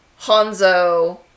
Hanzo